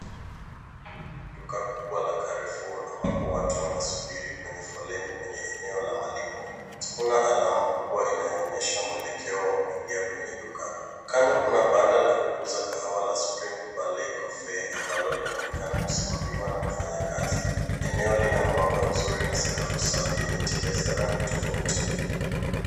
Duka kubwa la Karifua ambapo watu wanasubiri kwenye eneo la malipo kuna alama kubwa inayoonyesha mwelekeo wa kuingia kwenye duka. Kando kuna banda la kuuza kahawa na [c.s]spring balee cofee ambalo linaonekana kusimamiwa na mfanya kazi. Eneo lina mwanga mzuri na sakafu safi yenye tele za rangi tofauti.